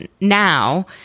now